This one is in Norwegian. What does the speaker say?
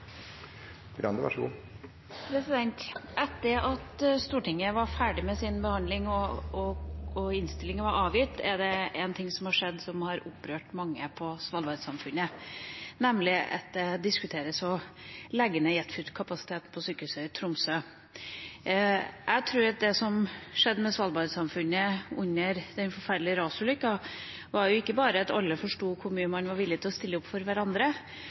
Etter at Stortinget var ferdig med sin behandling og innstilling var avgitt, er det en ting som har skjedd som har opprørt mange i Svalbard-samfunnet, nemlig at det diskuteres å legge ned jetfly-kapasiteten ved Universitetssykehuset i Tromsø. Jeg tror at det som skjedde med Svalbard-samfunnet under den forferdelige rasulykken, ikke bare var at alle forsto hvor mye man var villig til å stille opp for hverandre,